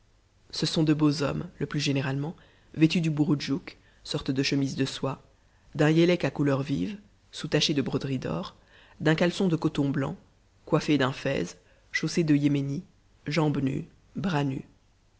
ce sont de beaux hommes le plus généralement vêtus du burudjuk sorte de chemise de soie d'un yelek à couleurs vives soutaché de broderies d'or d'un caleçon de coton blanc coiffés d'un fez chaussés de yéménis jambes nues bras nus